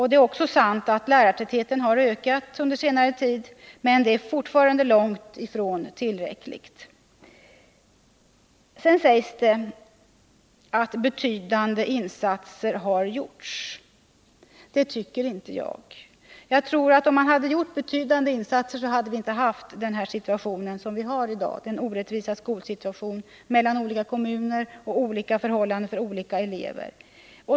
Det är också sant att lärartätheten har ökat under senare tid, men den är fortfarande långt ifrån tillräcklig. Sedan sägs det att betydande insatser har gjorts. Det tycker inte jag. Jag tror att om man hade gjort betydande insatser hade vi inte haft den situation vi har i dag — med stora orättvisor mellan olika kommuner, med olika förhållanden för olika elever.